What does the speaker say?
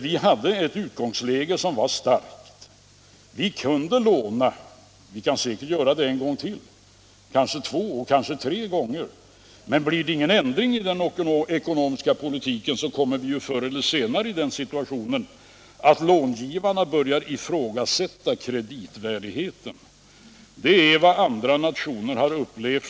Vi hade ett utgångsläge som var starkt. Vi kunde låna. Vi kan säkert göra det en gång till — kanske två gånger, kanske tre gånger. Men blir det ingen ändring av den ekonomiska politiken, kommer vi förr eller senare i den situationen att långivarna börjar ifrågasätta vår kreditvärdighet. Det är vad andra nationer har upplevt.